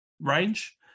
range